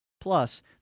plus